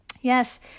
Yes